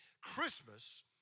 Christmas